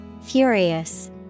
Furious